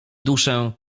duszę